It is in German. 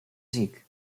sieg